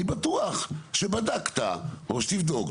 אני בטוח שבדקת או שתבדוק,